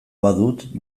badut